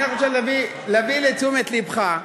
אני רק רוצה להביא לתשומת לבך,